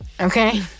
okay